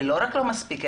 ולא רק לא מספיק,